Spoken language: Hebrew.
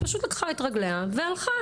פשוט לקחת את רגילה והלכה.